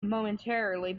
momentarily